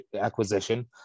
acquisition